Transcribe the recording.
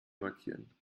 markieren